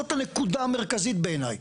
זאת הנקודה המרכזית בעיני.